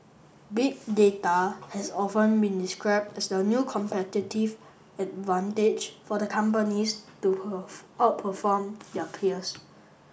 Big Data has often been described as the new competitive advantage for the companies to perform outperform their peers